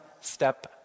step